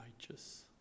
righteous